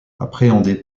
appréhendés